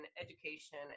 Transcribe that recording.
education